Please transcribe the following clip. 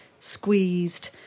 squeezed